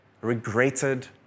regretted